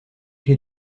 clés